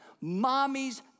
mommy's